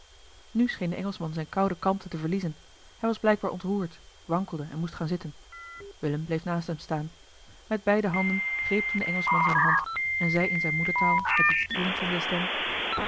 nu scheen de engelschman zijne koude kalmte te verliezen hij was blijkbaar ontroerd wankelde en moest gaan zitten willem bleef naast hem staan met beide handen greep toen de engelschman zijne hand en zei in zijne moedertaal met iets trillends in zijne stem